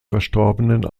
verstorbenen